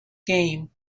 game